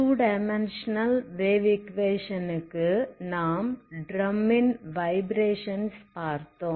2 dimensional wave equation க்கு நாம் ட்ரமின் வைப்ரசன்ஸ் பார்த்தோம்